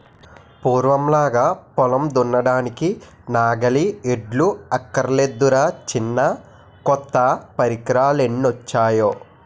పూర్వంలాగా పొలం దున్నడానికి నాగలి, ఎడ్లు అక్కర్లేదురా చిన్నా కొత్త పరికరాలెన్నొచ్చేయో